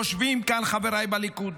יושבים כאן חבריי בליכוד,